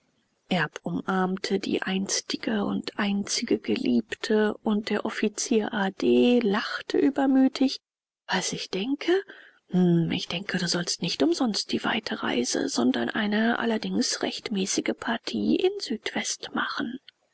umarmte die einstige und einzige geliebte und der offizier a d lachte übermütig was ich denke hm ich denke du sollst nicht umsonst die weite reise sondern eine allerdings recht mäßige partie in südwest machen